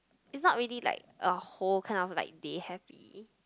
it's not really like a whole kind of like day happy